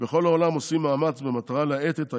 בכל העולם עושים כל מאמץ במטרה להאט את ההתפשטות.